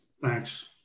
Thanks